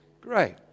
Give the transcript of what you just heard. Great